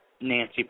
Nancy